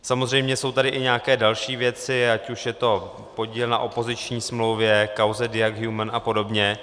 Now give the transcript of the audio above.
Samozřejmě jsou tady i nějaké další věci, ať už je to podíl na opoziční smlouvě, kauze Diag Human a podobně.